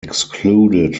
excluded